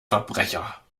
verbrecher